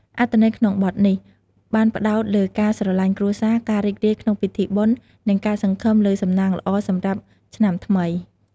អត្ថន័យក្នុងបទ នេះ បានផ្តោតលើការស្រឡាញ់គ្រួសារ ការរីករាយក្នុងពិធីបុណ្យ និងការសង្ឃឹមលើសំណាងល្អសម្រាប់ឆ្នាំថ្មី។